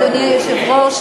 אדוני היושב-ראש,